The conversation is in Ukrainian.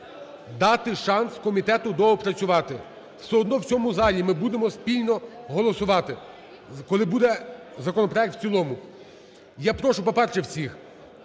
дати шанс комітету доопрацювати. Все одно в цьому залі ми будемо спільно голосувати, коли буде законопроект в цілому. Я прошу, по-перше, всіх